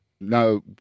No